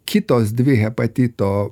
kitos dvi hepatito